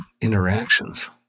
interactions